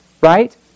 Right